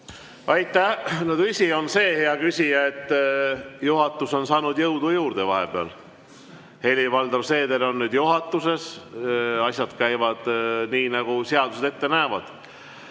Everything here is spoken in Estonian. Aitäh! No tõsi on see, hea küsija, et juhatus on saanud jõudu juurde vahepeal. Helir-Valdor Seeder on nüüd juhatuses, asjad käivad nii, nagu seadused ette näevad.